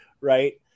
right